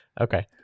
Okay